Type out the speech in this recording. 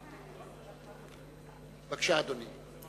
בבקשה, אדוני.